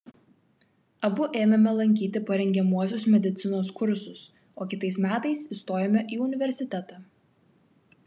abu ėmėme lankyti parengiamuosius medicinos kursus o kitais metais įstojome į universitetą